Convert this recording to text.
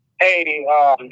Hey